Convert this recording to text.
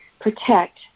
protect